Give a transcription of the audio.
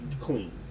clean